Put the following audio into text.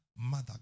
mother